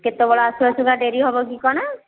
କେତେବେଳେ ଆସୁ ଆସୁକା ଡେରି ହେବ କି କ'ଣ